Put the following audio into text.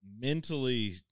mentally